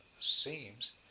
seems